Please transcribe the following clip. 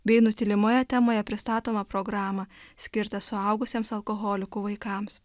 bei nutylimoje temoje pristatomą programą skirtą suaugusiems alkoholikų vaikams